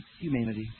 humanity